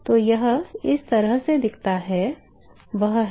तो यह जिस तरह से दिखता है वह है